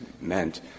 meant